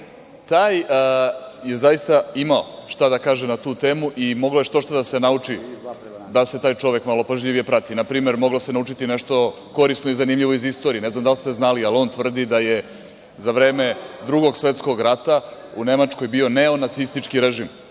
taj je zaista imao šta da kaže na tu temu i moglo je što šta da se nauči, da se taj čovek malo pažljivije prati. Na primer, moglo se naučiti nešto korisno i zanimljivo iz istorije, ne znam da li ste znali, ali on tvrdi da je za vreme Drugog svetskog rata u Nemačkoj bio neo-nacistički režim,